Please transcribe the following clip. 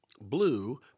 blue